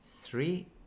three